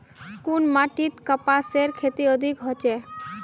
कुन माटित कपासेर खेती अधिक होचे?